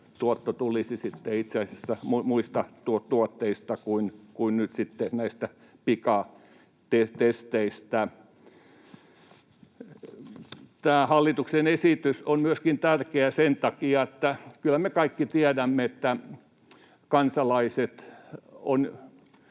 voitto, tuotto, tulisi sitten itse asiassa muista tuotteista kuin nyt sitten näistä pikatesteistä. Tämä hallituksen esitys on tärkeä myöskin sen takia, että kyllä me kaikki tiedämme, että kansalaiset ovat